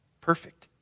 perfect